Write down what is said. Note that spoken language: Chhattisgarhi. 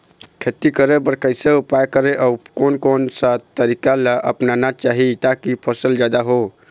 खेती करें बर कैसे उपाय करें अउ कोन कौन सा तरीका ला अपनाना चाही ताकि फसल जादा हो?